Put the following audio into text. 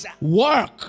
work